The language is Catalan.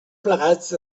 plegats